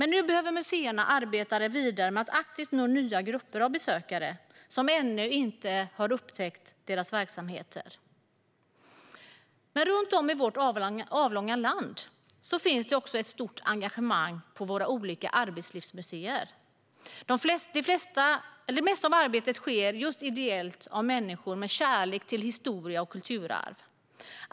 Nu behöver museerna arbeta vidare med att aktivt nå nya grupper av besökare som ännu inte har upptäckt deras verksamheter. Runt om i vårt avlånga land finns det också ett stort engagemang på våra olika arbetslivsmuseer. Det mesta av arbetet utförs ideellt av människor med kärlek till historia och kulturarv.